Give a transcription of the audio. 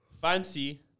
fancy